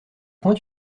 point